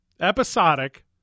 episodic